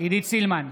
עידית סילמן,